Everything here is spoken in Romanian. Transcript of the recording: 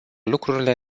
lucrurile